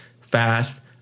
fast